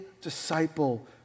disciple